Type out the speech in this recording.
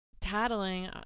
tattling